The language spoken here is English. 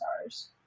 stars